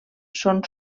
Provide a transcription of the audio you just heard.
són